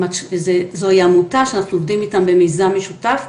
זוהי עמותה שאנחנו עובדים איתם במיזם משותף,